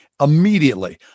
immediately